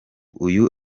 uyu